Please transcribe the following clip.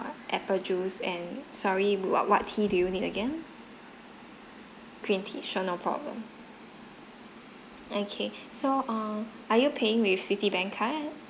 apple juice and sorry wha~ what tea do you need again green tea sure no problem okay so err are you paying with citibank card